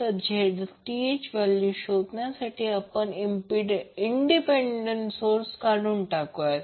तर Zth शोधण्यासाठी आपण इंडिपेंडेंट सोर्स काढून टाकूया